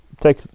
take